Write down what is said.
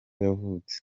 yavutse